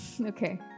Okay